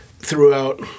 throughout